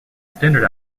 standard